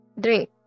Drink